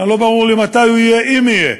לא ברור לי מתי הוא יהיה, אם יהיה,